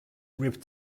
grip